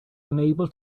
unable